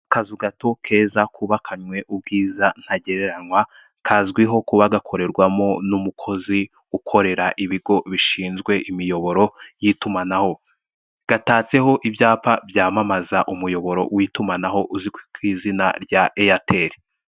Akazu gato keza kubakanywe ubwiza ntagereranywa, kazwiho kuba gakorerwamo n'umukozi ukorera ibigo bishinzwe imiyoboro y'itumanaho, gatatseho ibyapa byamamaza umuyoboro w'itumanaho uzwi ku izina rya Airtel.